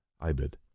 Ibid